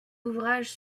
ouvrages